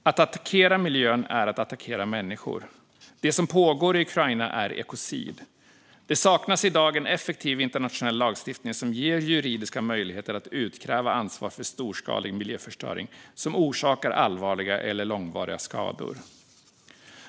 Att attackera miljön är att attackera människor. Det som pågår i Ukraina är ekocid. Det saknas i dag en effektiv internationell lagstiftning som ger juridiska möjligheter att utkräva ansvar för storskalig miljöförstöring som orsakar allvarliga eller långvariga skador.